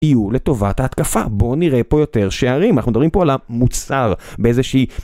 יהיו לטובת ההתקפה. בואו נראה פה יותר שערים, אנחנו מדברים פה על המוצר באיזושהי...